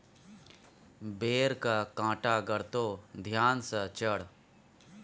बेरक कांटा गड़तो ध्यान सँ चढ़